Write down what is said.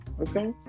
Okay